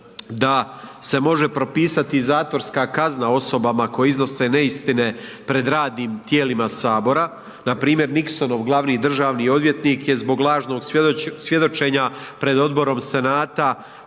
da se može propisati zatvorska kazna osobama koje iznose neistine pred radnim tijelima Sabora, npr. Nixonov glavni državni odvjetnik je zbog lažnog svjedočenja pred odborom Senata